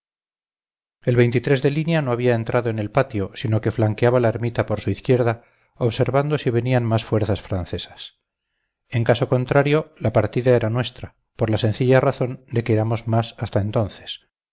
el de línea no había entrado en el patio sino que flanqueaba la ermita por su izquierda observando si venían más fuerzas francesas en caso contrario la partida era nuestra por la sencilla razón de que éramos más hasta entonces